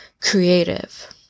creative